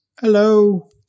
Hello